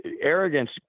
arrogance